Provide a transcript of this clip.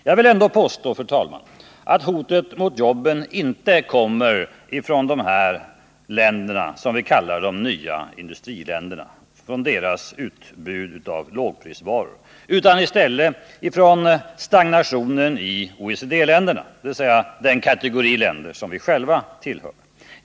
Jag vill ändå påstå att hotet mot jobben inte kommer från de nya industriländernas utbud av lågprisvaror utan i stället från stagnationen i OECD-länderna, dvs. den kategori länder som vi själva tillhör.